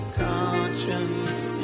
conscience